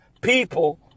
people